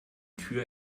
tür